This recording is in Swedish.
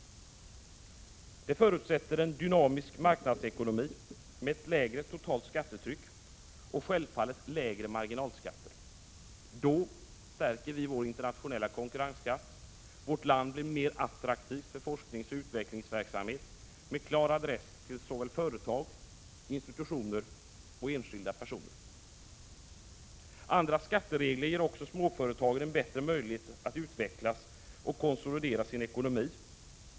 Det förutsätter en dynamisk marknadsekonomi med ett lägre totalt skattetryck och självfallet lägre marginalskatter. Då stärker vi vår internationella konkurrenskraft. Vårt land blir mer attraktivt för forskningsoch utvecklingsverksamhet med klar adress till såväl företag som institutioner och enskilda personer. Andra skatteregler ger också småföretagen en bättre möjlighet att utvecklas och konsolidera sin ekonomi.